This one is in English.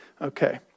Okay